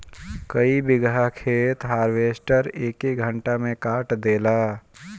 कई बिगहा खेत हार्वेस्टर एके घंटा में काट देला